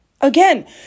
again